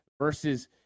versus